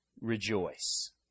rejoice